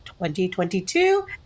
2022